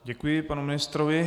Děkuji panu ministrovi.